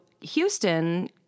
Houston